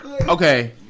Okay